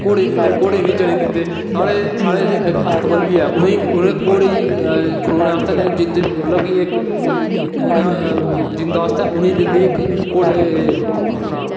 घोड़ें ई गी दिंदे घोड़ें बी चने दिंदे साढ़े साढ़े इत्थें इक्क अस्तबल बी ऐ ओह्दे ई घोड़े ई खड़ोने आस्तै मतलब बी इक्क पूरी खड़ोने आस्तै जिंदे आस्तै उ'नें ई दिंदे इक्क घोड़े अपना